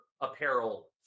apparel